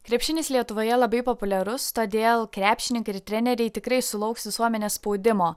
krepšinis lietuvoje labai populiarus todėl krepšininkai ir treneriai tikrai sulauks visuomenės spaudimo